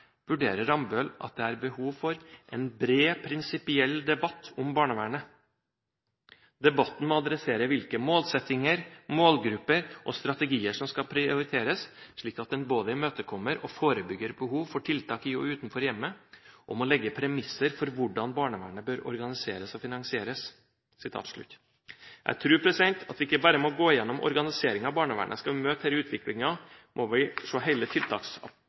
vurderer Rambøll at det er behov for en bred prinsipiell debatt om barnevernet. Debatten må adressere hvilke målsettinger, målgrupper og strategier som skal prioriteres, slik at en både imøtekommer og forebygger behov for tiltak i og utenfor hjemmet, og må legge premisser for hvordan barnevernet bør organiseres og finansieres.» Jeg tror at vi ikke bare må gå gjennom organiseringen av barnevernet. Skal vi møte denne utviklingen, må vi